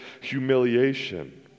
humiliation